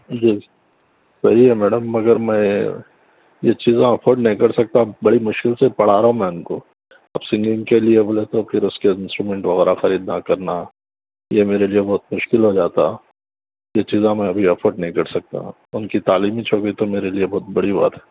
جی صحیح ہے میڈم مگر میں یہ چیزاں افورڈ نہیں کر سکتا بڑی مشکل سے پڑھا رہا ہوں میں ان کو اب سنگنگ کے لئے بولے تو پھر اس کے انسٹرومینٹ وغیرہ خریدنا کرنا یہ میرے لئے بہت مشکل ہو جاتا یہ چیزاں میں ابھی افورڈ نہیں کر سکتا ان کی تعلیم ہی چونکہ تو میرے لئے بہت بڑی بات ہے